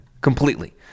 completely